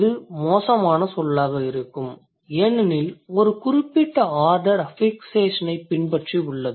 இது மோசமான சொல்லாக இருக்கும் ஏனெனில் ஒரு குறிப்பிட்ட ஆர்டர் அஃபிக்சேஷனைப் பின்பற்றி உள்ளது